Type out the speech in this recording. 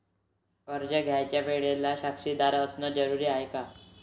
कर्ज घ्यायच्या वेळेले साक्षीदार असनं जरुरीच हाय का?